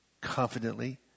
confidently